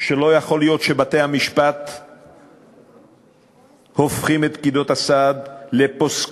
שלא יכול להיות שבתי-המשפט הופכים את פקידות הסעד לפוסקות,